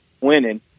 winning